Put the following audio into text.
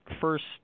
First